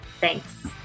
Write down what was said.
thanks